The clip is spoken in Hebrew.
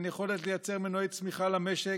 אין יכולת לייצר מנועי צמיחה למשק.